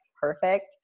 perfect